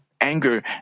anger